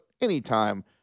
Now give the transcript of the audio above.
anytime